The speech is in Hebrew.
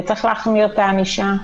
צריך להחמיר את הענישה,